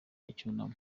icyunamo